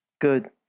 Good